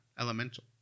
elemental